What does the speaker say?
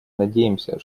надеемся